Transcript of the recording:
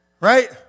Right